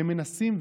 והם מנסים.